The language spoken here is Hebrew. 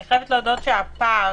אני חייבת להודות שהפער